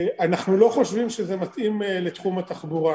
אנחנו לא חושבים שזה מתאים לתחום התחבורה.